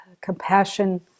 compassion